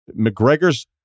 McGregor's